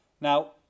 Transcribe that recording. Now